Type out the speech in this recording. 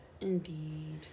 Indeed